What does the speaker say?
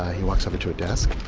he walks over to a desk.